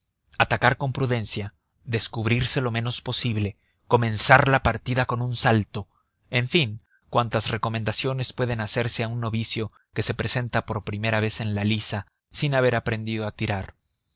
atacar con prudencia descubrirse lo menos posible comenzar la partida con un salto en fin cuantas recomendaciones pueden hacerse a un novicio que se presenta por primera vez en la liza sin haber aprendido a tirar